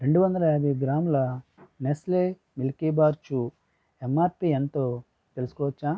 రెండువందల యాభై గ్రాముల నెస్లే మిల్కీబార్ చూ ఎంఆర్పి ఎంతో తెలుసుకోవచ్చా